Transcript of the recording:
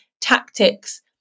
tactics